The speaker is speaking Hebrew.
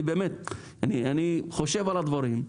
אני חושב על הדברים,